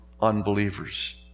unbelievers